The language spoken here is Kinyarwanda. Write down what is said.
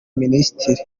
minisitiri